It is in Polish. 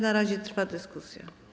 Na razie trwa dyskusja.